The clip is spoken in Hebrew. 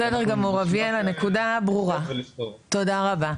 בסדר גמור, אביאל הנקודה ברורה, תודה רבה.